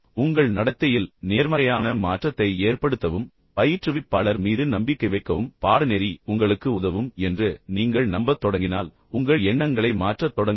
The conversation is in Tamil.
உங்கள் நடத்தையில் நேர்மறையான மாற்றத்தை ஏற்படுத்தவும் பயிற்றுவிப்பாளர் மீது நம்பிக்கை வைக்கவும் பாடநெறி உங்களுக்கு உதவும் என்று நீங்கள் நம்பத் தொடங்கினால் உங்கள் எண்ணங்களை மாற்றத் தொடங்குவீர்கள்